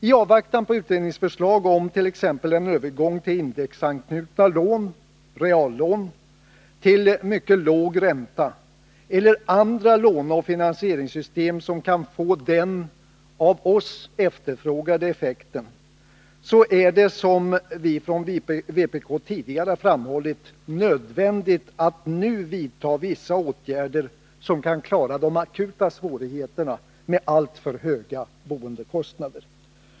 I avvaktan på utredningsförslag om t.ex. en övergång till indexanknutna lån — reallån — till mycket låg ränta eller andra låneoch finansieringssystem som kan få den av oss efterfrågade effekten är det, som vi från vpk tidigare framhållit, nödvändigt att nu vidta vissa åtgärder som kan klara de akuta svårigheterna med alltför höga boendekostnader.